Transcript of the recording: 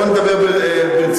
להחזיר את הבן שלי מבילוי,